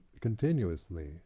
continuously